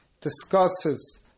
discusses